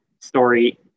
story